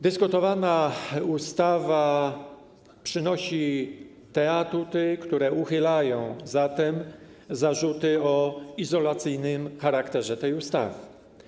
Dyskutowana ustawa przynosi te atuty, które uchylają zatem zarzuty o izolacyjnym charakterze tej ustawy.